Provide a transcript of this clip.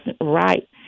right